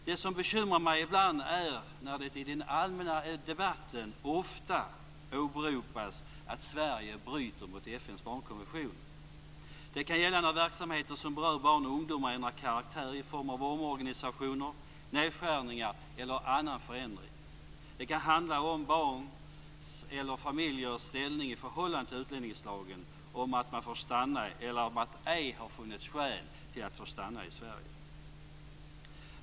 Det som bekymrar mig ibland är när det i den allmänna debatten ofta åberopas att Sverige bryter mot FN:s barnkonvention. Det kan gälla när verksamheter som berör barn och ungdomar ändrar karaktär genom omorganisationer, nedskärningar eller andra förändringar. Det kan handla om barns eller familjers ställning i förhållande till utlänningslagen; om huruvida man har fått stanna eller om att det ej har funnits skäl att få stanna i Sverige.